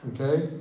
Okay